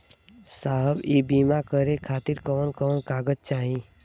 साहब इ बीमा करें खातिर कवन कवन कागज चाही?